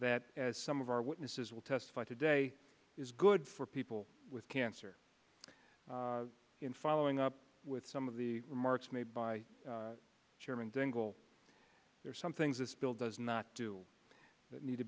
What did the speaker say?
that as some of our witnesses will testify today is good for people with cancer in following up with some of the remarks made by chairman dingell there are some things this bill does not do that need to